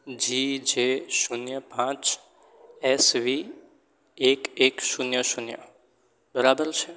જી J શૂન્ય પાંચ S V એક એક શૂન્ય શૂન્ય બરાબર છે